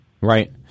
Right